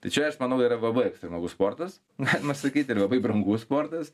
tai čia aš manau yra labai ekstremalus sportas galima sakyt ir labai brangus sportas